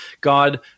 God